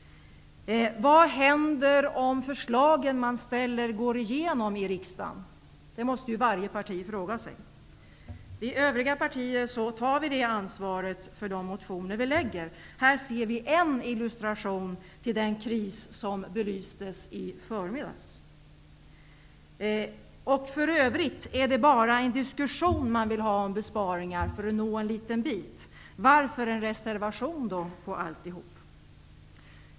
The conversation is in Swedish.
Vad händer om de förslag man ställer går igenom i riksdagen? Det måste varje parti fråga sig. I övriga partier tar vi ansvar för de motioner vi väcker. Här ser vi en illustration till den kris som belystes i debatten i förmiddags. För övrigt vill Ny demokrati ha en diskussion om besparingar enbart för att komma åt en liten bit. Varför avger man då en reservation som avser alltihop?